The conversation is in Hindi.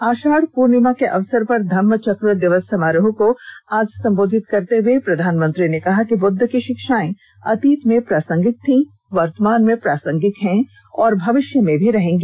आषाढ़ पूर्णिमा के अवसर पर धम्म चक्र दिवस समारोह को आज सम्बोधित करते हुए प्रधानमंत्री ने कहा कि बुद्ध की शिक्षाएं अतीत में प्रासंगिक थीं वर्तमान में प्रासंगिक हैं और भविष्य में भी प्रासंगिक रहेंगी